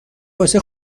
واسه